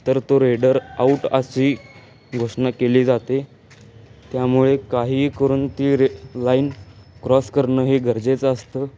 तर तो raider out अशी घोषणा केली जाते त्यामुळे काही करून ती रे लाईन क्रॉस करणं हे गरजेचं असतं